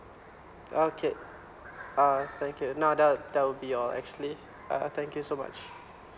okay uh thank you no that'll that'll be all actually uh thank you so much